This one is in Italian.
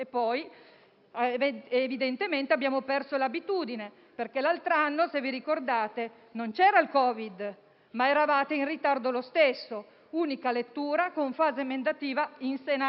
evidentemente abbiamo perso l'abitudine, perché l'anno scorso, se vi ricordate, non c'era il Covid, ma eravate in ritardo lo stesso: c'è stata un'unica lettura con fase emendativa in Senato.